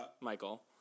Michael